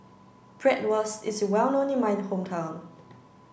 bratwurst is well known in my hometown